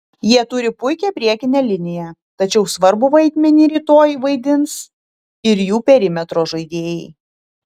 jie turi puikią priekinę liniją tačiau svarbų vaidmenį rytoj vaidins ir jų perimetro žaidėjai